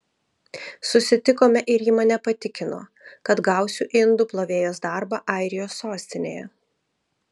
susitikome ir ji mane patikino kad gausiu indų plovėjos darbą airijos sostinėje